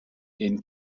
den